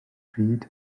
pryd